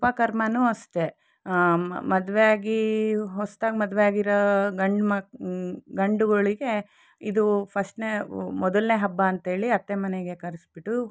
ಉಪಕರ್ಮವೂ ಅಷ್ಟೇ ಮದುವೆಯಾಗಿ ಹೊಸದಾಗಿ ಮದುವೆಯಾಗಿರೋ ಗಂಡು ಮಕ್ ಗಂಡುಗಳಿಗೆ ಇದು ಫಸ್ಟ್ನೇ ಮೊದಲನೇ ಹಬ್ಬ ಅಂಥೇಳಿ ಅತ್ತೆ ಮನೆಗೆ ಕರಿಸ್ಬಿಟ್ಟು